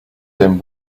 him